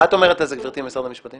מה את אומרת על זה, גברתי ממשרד המשפטים?